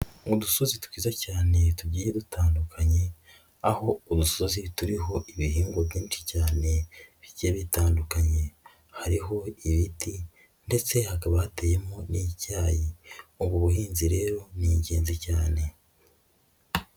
Mu dusozi twiza cyane tugiye dutandukanye, aho udusozi turiho ibihingwa byinshi cyane bigiye bitandukanye, hariho ibiti ndetse hakaba hateyemo n'icyayi, ubu buhinzi rero ni ingenzi cyane.